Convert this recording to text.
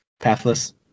Pathless